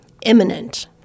imminent